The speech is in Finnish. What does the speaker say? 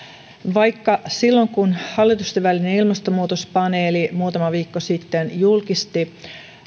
vaikka silloin kun hallitustenvälinen ilmastonmuutospaneeli muutama viikko sitten julkisti